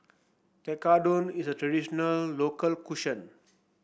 Tekkadon is a traditional local